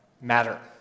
matter